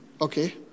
okay